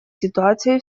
ситуацией